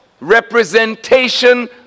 representation